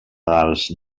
dels